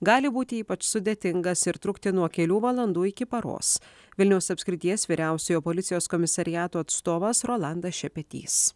gali būti ypač sudėtingas ir trukti nuo kelių valandų iki paros vilniaus apskrities vyriausiojo policijos komisariato atstovas rolandas šepetys